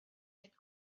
had